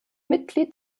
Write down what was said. mitglied